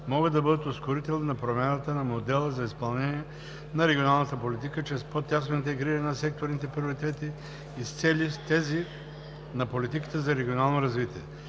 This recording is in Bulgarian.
могат да бъдат ускорител на промяната на модела за изпълнение на регионалната политика чрез по-тясно интегриране на секторните приоритети и цели с тези на политиката за регионално развитие.